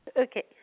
Okay